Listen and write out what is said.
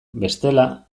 bestela